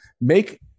make